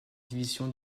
division